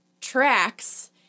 tracks